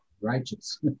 righteous